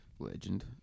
legend